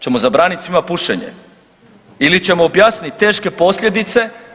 Hoćemo zabraniti svima pušenje ili ćemo objasniti teške posljedice?